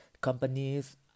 Companies